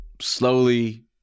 slowly